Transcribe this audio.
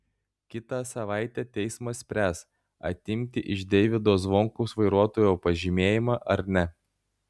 kitą savaitę teismas spręs atimti iš deivydo zvonkaus vairuotojo pažymėjimą ar ne